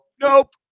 Nope